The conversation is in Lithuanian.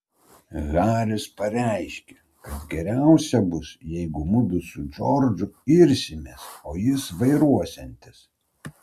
haris pareiškė kad geriausia bus jeigu mudu su džordžu irsimės o jis vairuosiantis